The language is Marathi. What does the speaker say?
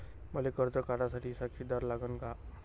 मले कर्ज काढा साठी साक्षीदार लागन का?